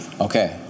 Okay